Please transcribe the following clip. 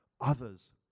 others